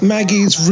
Maggie's